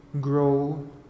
grow